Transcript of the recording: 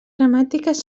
gramàtiques